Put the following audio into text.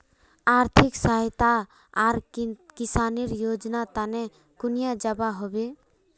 आर्थिक सहायता आर किसानेर योजना तने कुनियाँ जबा होबे?